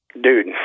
dude